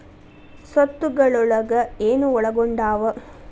ಸ್ವತ್ತುಗಲೊಳಗ ಏನು ಒಳಗೊಂಡಾವ?